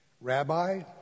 Rabbi